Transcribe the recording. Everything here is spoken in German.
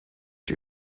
die